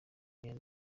icyaha